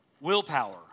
Willpower